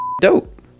dope